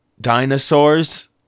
dinosaurs